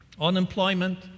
unemployment